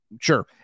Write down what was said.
sure